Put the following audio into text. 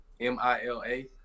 M-I-L-A